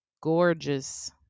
gorgeous